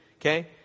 Okay